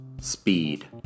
Speed